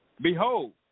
Behold